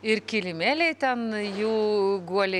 ir kilimėliai ten jų guoliai